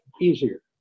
easier